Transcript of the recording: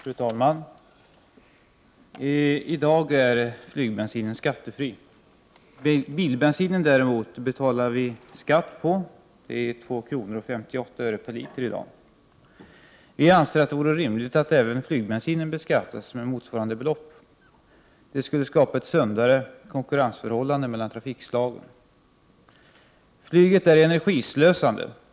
Fru talman! I dag är flygbensinen skattefri. Men för bilbensinen får man däremot betala 2:58 kr. i skatt per liter. Vi anser att det vore rimligt att även flygbensinen beskattades med motsvarande belopp. Det skulle skapa ett sundare konkurrensförhållande mellan trafikslagen. Flyget är energislösande.